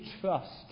trust